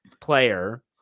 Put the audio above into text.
player